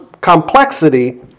complexity